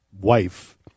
wife